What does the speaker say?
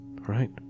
right